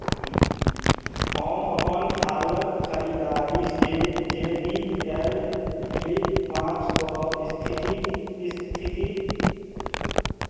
हम अपन हालक खरीदारीसँ जे बी एल फ्लिप पाँचके स्थिति स्थिति